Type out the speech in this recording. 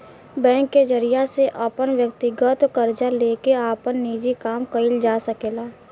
bank के जरिया से अपन व्यकतीगत कर्जा लेके आपन निजी काम कइल जा सकेला